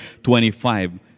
25